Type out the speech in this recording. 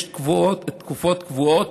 יש תקופות קבועות.